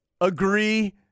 agree